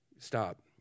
Stop